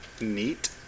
Neat